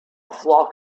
flock